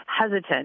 hesitant